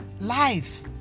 life